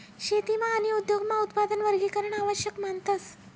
शेतीमा आणि उद्योगमा उत्पादन वर्गीकरण आवश्यक मानतस